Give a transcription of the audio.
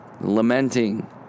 lamenting